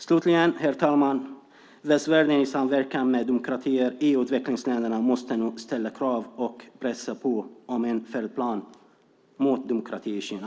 Slutligen, herr talman: Västvärlden i samverkan med demokratier i utvecklingsländerna måste nu ställa krav och pressa på om en färdplan mot demokrati i Kina.